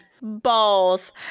Balls